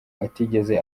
atigeze